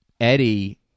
Eddie